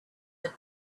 had